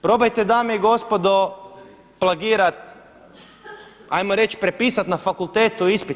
Probajte dame i gospodo plagirati hajmo reći prepisat na fakultetu ispit.